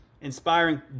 inspiring